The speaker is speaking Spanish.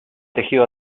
tejido